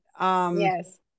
Yes